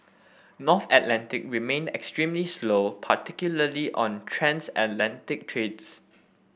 North Atlantic remained extremely slow particularly on the transatlantic trades